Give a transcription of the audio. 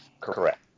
Correct